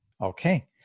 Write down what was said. Okay